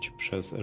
przez